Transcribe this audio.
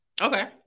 Okay